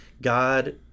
God